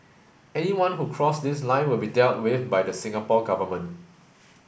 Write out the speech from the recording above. anyone who cross this line will be dealt with by the Singapore Government